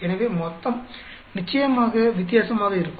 எனவே மொத்தம் நிச்சயமாக வித்தியாசமாக இருக்கும்